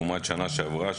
לעומת שנה שעברה,